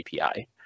API